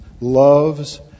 loves